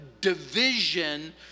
division